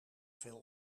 veel